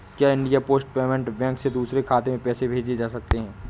क्या India post payment bank से दूसरे खाते में पैसे भेजे जा सकते हैं?